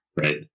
right